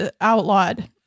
outlawed